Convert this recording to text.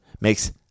makes